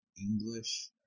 English